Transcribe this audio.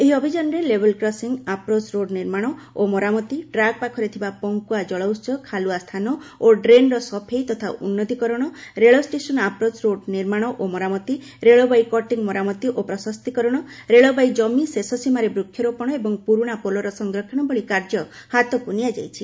ଏହି ଅଭିଯାନରେ level crossing approach road ନିର୍ମାଣ ଓ ମରାମତି ଟ୍ରାକ୍ ପାଖରେ ଥିବା ପଙ୍କୁଆ ଜଳଉହ ଖାଲୁଆ ସ୍ଥାନ ଓ ଡ୍ରେନ୍ର ସଫେଇ ତଥା ଉନ୍ନତୀକରଣ ରେଳ ଷ୍ଟେସନ୍ ଆପ୍ରୋଚ୍ ରୋଡ୍ ନିର୍ମାଣ ଓ ମରାମତି ରେଳବାଇ କଟିଂ ମରାମତି ଓ ପ୍ରଶସ୍ତୀକରଣ ରେଳବାଇ ଜମି ଶେଷ ସୀମାରେ ବୃକ୍ଷରୋପଣ ଏବଂ ପୁରୁଣା ପୋଲର ସଂରକ୍ଷଣ ଭଳି କାର୍ଯ୍ୟ ହାତକ୍ ନିଆଯାଇଛି